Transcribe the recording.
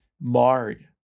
marred